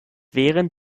während